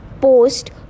post